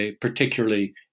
particularly